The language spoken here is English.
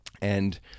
and-